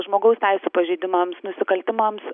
žmogaus teisių pažeidimams nusikaltimams